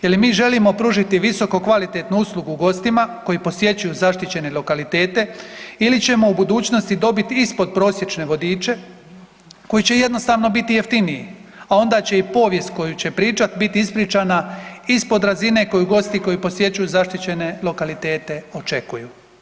Je li mi želimo pružiti visokokvalitetnu uslugu gostima koji posjećuju zaštićene lokalitete ili ćemo u budućnosti dobiti ispodprosječne vodiče koji će jednostavno biti jeftiniji, a onda će i povijest koju će pričat bit ispričana ispod razine koju gosti koji posjećuju zaštićene lokalitete očekuju.